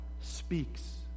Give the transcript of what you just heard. speaks